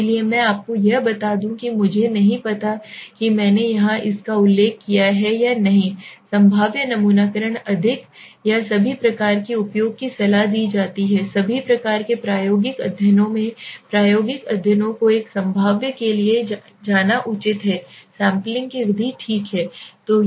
इसलिए मैं आपको यह बता दूं कि मुझे नहीं पता कि मैंने यहां इसका उल्लेख किया है या नहीं संभाव्य नमूनाकरण अधिक या सभी प्रकार के उपयोग की सलाह दी जाती है सभी प्रकार के प्रायोगिक अध्ययनों में प्रायोगिक अध्ययनों को एक संभाव्य के लिए जाना उचित है सैंपलिंग की विधि ठीक है